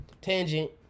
Tangent